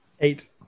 Eight